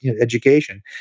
education